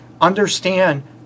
understand